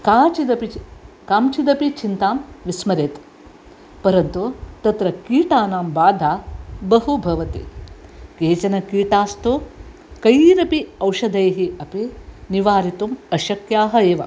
काचिदपि काञ्चिदपि चिन्तान् विस्मरेत् परन्तु तत्र कीटानां बाधा बहु भवति केचन कीटास्तु कैरपि औषधमपि निवारितुम् अशक्याः एव